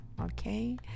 Okay